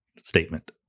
statement